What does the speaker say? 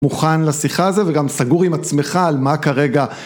מוכן לשיחה הזו וגם סגור עם עצמך על מה כרגע.